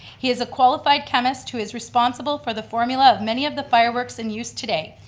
he is a qualified chemist who is responsible for the formula of many of the fireworks in use today.